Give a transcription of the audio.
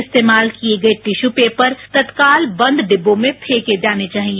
इस्तेमाल कैंके गये टिश्यू पेपर तत्काल बंद डिब्बों में फंके जाने चाहिए